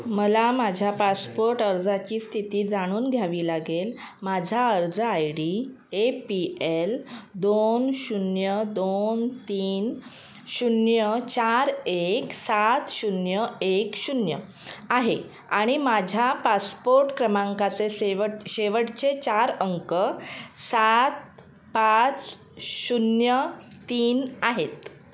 मला माझ्या पासपोर्ट अर्जाची स्थिती जाणून घ्यावी लागेल माझा अर्ज I D A P L दोन शून्य दोन तीन शून्य चार एक सात शून्य एक शून्य आहे आणि माझ्या पासपोर्ट क्रमांकाचे सेवट शेवटचे चार अंक सात पाच शून्य तीन आहेत